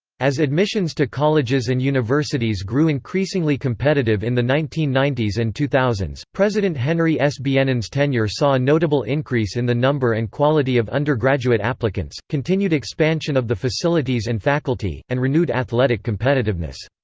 as admissions to colleges and universities grew increasingly competitive in the nineteen ninety s and two thousand s, president henry s. bienen's tenure saw a notable increase in the number and quality of undergraduate applicants, continued expansion of the facilities and faculty, and renewed athletic competitiveness.